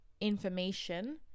information